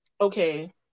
Okay